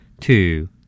Two